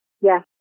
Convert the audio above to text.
Yes